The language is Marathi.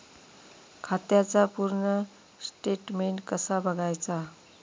खात्याचा पूर्ण स्टेटमेट कसा बगायचा?